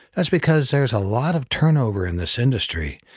that's because there's a lot of turnover in this industry,